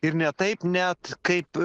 ir ne taip net kaip